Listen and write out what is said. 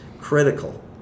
critical